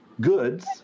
goods